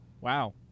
Wow